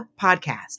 podcast